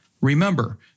Remember